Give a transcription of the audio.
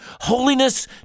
Holiness